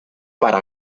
para